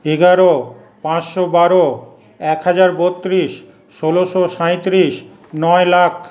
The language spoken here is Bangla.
এগারো পাঁচশো বারো এক হাজার বত্রিশ ষোলশো সাঁইত্রিশ নয় লাখ